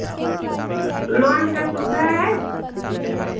loan का सुविधा है